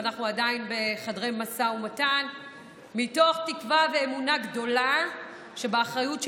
ואנחנו עדיין בחדרי המשא ומתן מתוך תקווה ואמונה גדולה שבאחריות שלנו,